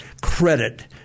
credit